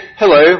hello